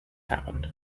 happened